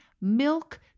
milk